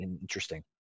interesting